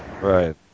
Right